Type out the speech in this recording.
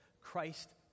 Christ